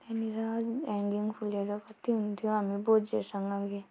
त्यहाँनिर ह्याङ्गिङ फुलहरू कति हुन्थ्यो हामी बजूहरूसँग गे